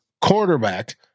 quarterback